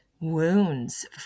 wounds